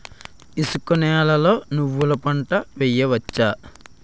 ఇసుక నేలలో నువ్వుల పంట వేయవచ్చా?